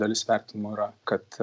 dalis vertinimų yra kad